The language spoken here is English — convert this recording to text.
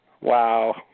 Wow